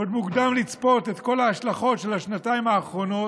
עוד מוקדם לצפות את כל ההשלכות של השנתיים האחרונות,